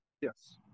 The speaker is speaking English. Yes